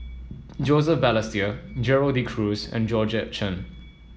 Joseph Balestier Gerald De Cruz and Georgette Chen